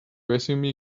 resume